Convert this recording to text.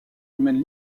humaine